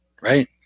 right